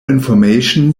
information